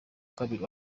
kabiri